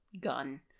gun